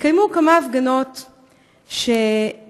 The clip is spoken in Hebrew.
התקיימו כמה הפגנות שבסופן,